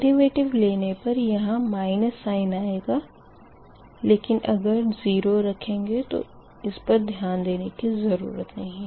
derivative लेने पर यहाँ माइनस साइन आएगा लेकिन अगर 0 रखेंगे तो इस पर ध्यान देने की ज़रूरत नही